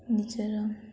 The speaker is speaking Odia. ନିଜର